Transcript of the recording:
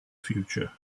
future